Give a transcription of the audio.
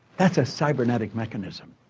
that's a cybernetic mechanism.